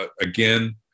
again